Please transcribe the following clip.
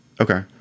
Okay